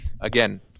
again